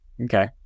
Okay